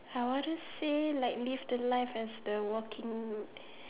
I want to say like live the life as the walking